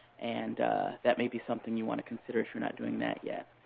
and that may be something you want to consider if you're not doing that yet.